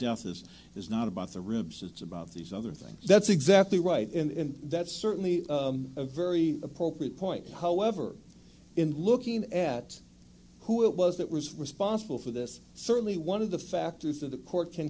this is not about the ribs it's about these other things that's exactly right and that's certainly a very appropriate point however in looking at who it was that was responsible for this certainly one of the factors that the court can